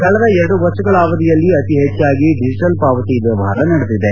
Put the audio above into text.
ಕಳೆದ ಎರಡು ವರ್ಷಗಳ ಅವಧಿಯಲ್ಲಿ ಅತಿ ಹೆಚ್ಚಾಗಿ ಡಿಜೆಟಲ್ ಪಾವತಿ ವ್ಲವಹಾರ ನಡೆದಿದೆ